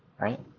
right